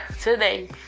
today